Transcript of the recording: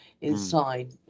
inside